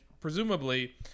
presumably-